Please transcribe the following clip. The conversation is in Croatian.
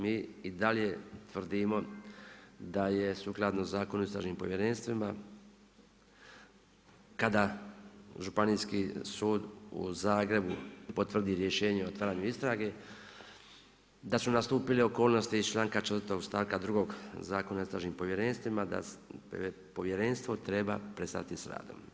Mi i dalje tvrdimo da je sukladno Zakonu o istražnim povjerenstvima, kada Županijski sud u Zagrebu potvrdi rješenje o otvaranju istrage, da su nastupili okolnosti iz čl.4. stavka 2. Zakon o istražnim povjerenstvima, da povjerenstvo treba prestati s radom.